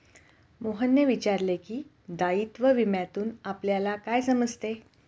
मोहनने विचारले की, दायित्व विम्यातून आपल्याला काय समजते?